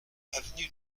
avenue